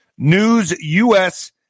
Newsus